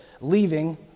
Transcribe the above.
leaving